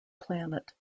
planet